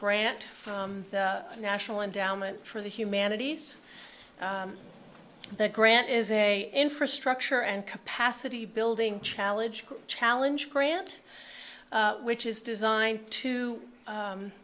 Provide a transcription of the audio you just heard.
grant from the national endowment for the humanities the grant is a infrastructure and capacity building challenged challenge grant which is designed to